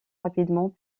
rapidement